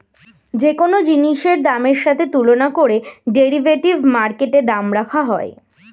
যে কোন জিনিসের দামের সাথে তুলনা করে ডেরিভেটিভ মার্কেটে দাম রাখা হয়